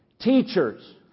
teachers